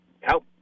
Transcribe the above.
help